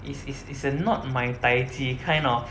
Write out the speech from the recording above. is is is a not my tai ji kind of